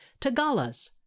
Tagalas